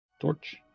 Torch